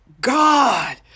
God